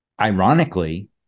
ironically